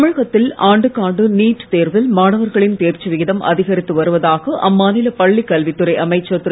தமிழகத்தில் ஆண்டுக்காண்டு நீட் தேர்வில் மாணவர்களின் தேர்ச்சி விகிதம் அதிகரித்து அவருவதலாக அம்மாநில பள்ளிக் கல்வித்துறை அமைச்சர் திரு